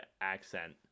accent